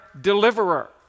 deliverer